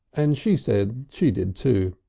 and she said she did too.